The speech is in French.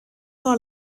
dans